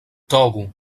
togo